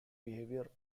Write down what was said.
behaviour